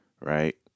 right